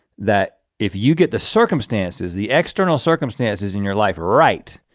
that if you get the circumstances, the external circumstances in your life right,